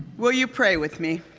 will you pray with me?